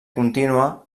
contínua